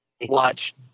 watch